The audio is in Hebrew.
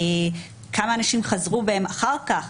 כמה אנשים חזרו בהם אחר כך,